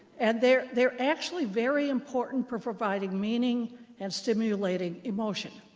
and they're they're actually very important for providing meaning and stimulating emotion.